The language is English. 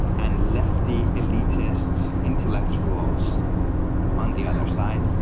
and lefty elitists, intellectuals on the other side.